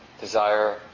desire